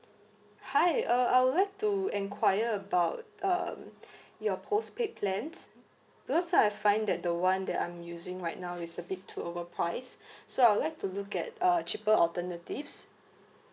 hi uh I would like to enquire about um your postpaid plans because I find that the one that I'm using right now is a bit too overpriced so I would like to look at uh cheaper alternatives